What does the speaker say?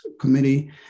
Committee